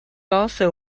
also